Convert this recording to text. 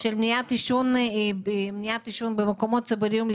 של מניעת עישון במקומות ציבוריים,